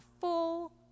full